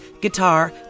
guitar